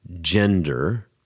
gender